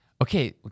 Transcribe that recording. Okay